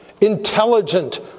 intelligent